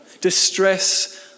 distress